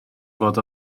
fod